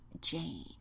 Jane